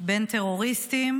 בין טרוריסטים